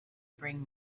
bring